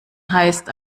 heißt